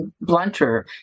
blunter